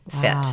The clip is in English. fit